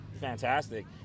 fantastic